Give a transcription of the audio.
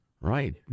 Right